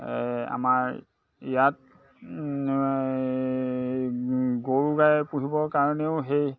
আমাৰ ইয়াত গৰু গাই পুহিবৰ কাৰণেও সেই